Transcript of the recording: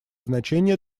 значение